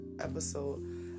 episode